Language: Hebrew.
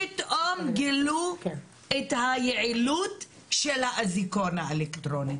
פתאום גילו את היעילות של האזיקון האלקטרוני.